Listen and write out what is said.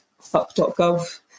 fuck.gov